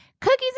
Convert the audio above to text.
Cookies